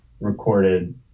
recorded